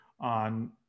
on